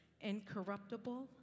incorruptible